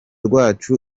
rwacu